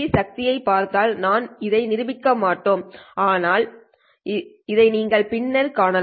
சக்தி ஐ பார்த்தால் நாம் இதை நிரூபிக்க மாட்டோம் ஆனால் இதை நீங்கள் பின்னர் காணலாம்